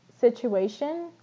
situation